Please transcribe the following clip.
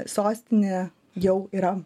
sostinė jau yra